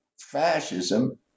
fascism